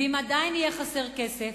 ואם עדיין יהיה חסר כסף,